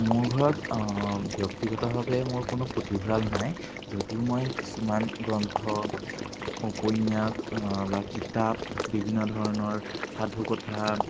মোৰ ঘৰত ব্যক্তিগতভাৱে মোৰ কোনো পুথিভঁৰাল নাই যদিও মই কিছুমান গ্ৰন্থ উপন্যাস বা কিতাপ বিভিন্ন ধৰণৰ সাধুকথা